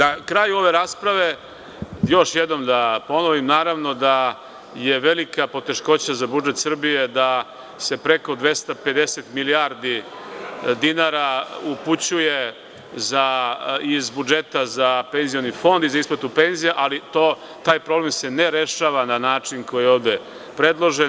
Na kraju ove rasprave još jednom da ponovim, naravno da je velika poteškoća za budžet Srbije da se preko 250 milijardi dinara upućuje iz budžeta za penzioni fond i za isplatu penzija, ali taj problem se ne rešava na način koji je ovde predložen.